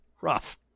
rough